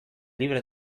libre